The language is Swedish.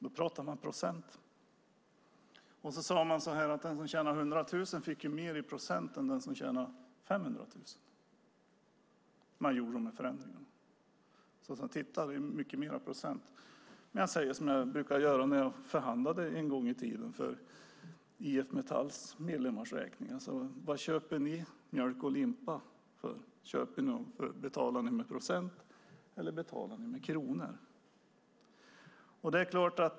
Då pratade man om procent, och man sade så här: Den som tjänar 100 000 fick mer i procent än den som tjänar 500 000 när man gjorde de här förändringarna. Man sade: Titta, det är mycket mer procent! Men jag säger som jag brukade göra när jag en gång i tiden förhandlade för IF Metalls medlemmars räkning: Vad köper ni mjölk och limpa för? Betalar ni med procent, eller betalar ni med kronor?